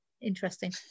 Interesting